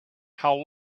how